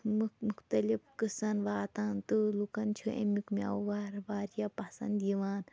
مُختلِف قٔصن واتان تہٕ لُکَن چھِ امیُک مٮ۪وٕ وارٕ واریاہ پسنٛد یِوان